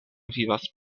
vivas